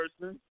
person